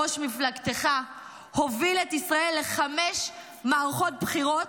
ראש מפלגתך הוביל את ישראל לחמש מערכות בחירות,